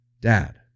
dad